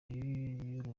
y’uru